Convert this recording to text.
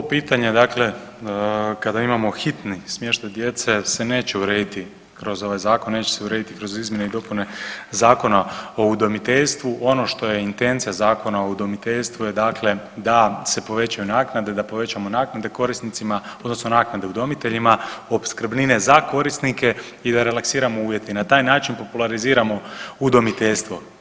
Ovo pitanje dakle kada imamo hitni smještaj djece se neće urediti kroz ovaj zakon, neće se urediti kroz izmjene i dopune Zakona o udomiteljstvu, ono što je intencija Zakona o udomiteljstvu je dakle da se povećaju naknade, da povećamo naknade korisnicima odnosno naknade udomiteljima, opskrbnine za korisnike i da relaksiramo uvjete i na taj način populariziramo udomiteljstvo.